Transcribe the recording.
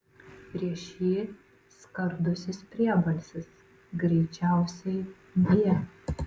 prieš jį skardusis priebalsis greičiausiai g